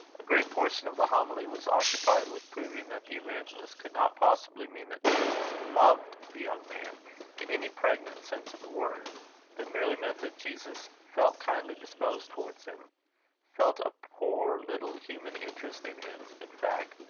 a great portion of the homily was occupied with proving that the evangelist could not possibly mean that jesus loved the young man in any pregnant sense of the word but merely meant that jesus felt kindly disposed towards him felt a poor little human interest in him, in fact,